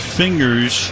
fingers